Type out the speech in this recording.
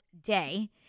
day